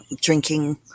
drinking